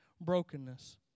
brokenness